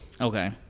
Okay